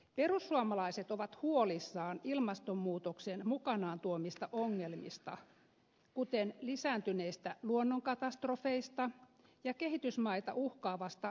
perussuomalaiset ovat huolissaan ilmastonmuutoksen mukanaan tuomista ongelmista kuten lisääntyneistä luonnonkatastrofeista ja kehitysmaita uhkaavasta vesipulasta